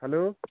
hello